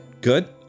good